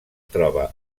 troba